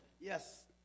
yes